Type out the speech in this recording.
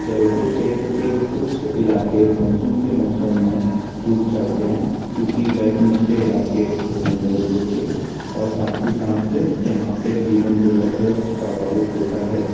जबलपुर क्षेत्र के कुछ इलाके मानसून के मौसम में डूब जाते हैं क्योंकि वह निचले इलाके होते हैं जबलपुर के और साथ ही साथ यहाँ के जीवन जो है वह प्रभावित होता है